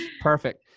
perfect